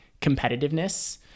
competitiveness